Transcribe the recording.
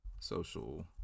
social